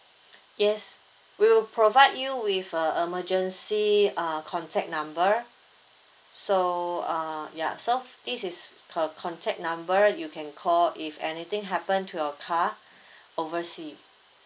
yes we will provide you with uh a emergency uh contact number so uh ya so this is her contact number you can call if anything happen to your car oversea